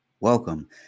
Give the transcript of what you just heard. Welcome